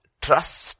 trust